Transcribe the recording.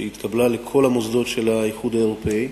שהתקבלה לכל המוסדות של האיחוד האירופי.